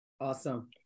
Awesome